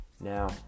Now